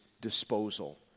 disposal